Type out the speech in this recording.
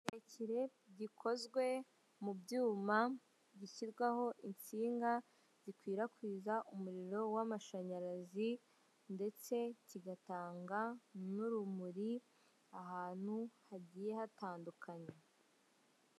Kirere gikozwe mu byuma gishyirwaho inshinga zikwirakwiza umuriro w'amashanyarazi ndetse kigatanga n'urumuri ahantu hagiye hatandukanye.